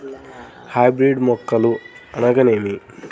Hybrid మొక్కలు అనగానేమి?